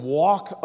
walk